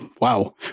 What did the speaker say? wow